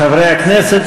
חברי הכנסת,